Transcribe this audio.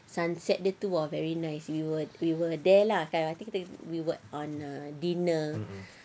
sunset dia tu !wah! very nice we were we were there lah kan I think kita we were on err dinner